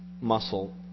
muscle